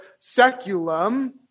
seculum